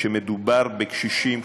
כשמדובר בקשישים,